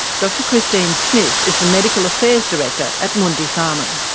dr christine smith is the medical affairs director at mundipharma.